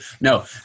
No